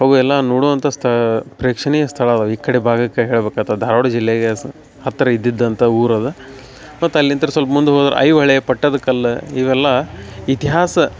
ಅವು ಎಲ್ಲ ನೋಡುವಂಥ ಸ್ತ ಪ್ರೇಕ್ಷಣೀಯ ಸ್ಥಳ ಅದ ಈ ಕಡೆ ಭಾಗಕ್ಕೆ ಹೇಳ್ಬೇಕಾತು ಧಾರವಾಡ ಜಿಲ್ಲೆಗೆ ಸ್ ಹತ್ತಿರ ಇದ್ದಿದ್ದಂಥ ಊರದ ಮತ್ತು ಅಲ್ಲಿಂತ ಸಲ್ಪ ಮುಂದೆ ಹೋದ್ರೆ ಐಹೊಳೆ ಪಟ್ಟದಕಲ್ಲು ಇವೆಲ್ಲ ಇತಿಹಾಸ